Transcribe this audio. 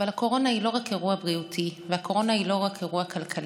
אבל הקורונה היא לא רק אירוע בריאותי והקורונה היא לא רק אירוע כלכלי,